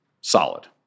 solid